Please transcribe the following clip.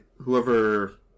Whoever